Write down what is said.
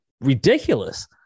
ridiculous